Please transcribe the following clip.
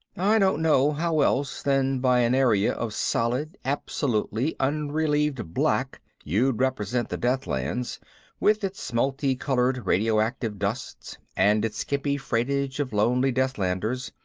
i don't know how else than by an area of solid, absolutely unrelieved black you'd represent the deathlands with its multicolored radioactive dusts and its skimpy freightage of lonely deathlanders,